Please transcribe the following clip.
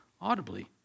audibly